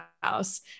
house